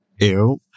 Ew